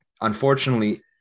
Unfortunately